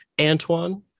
Antoine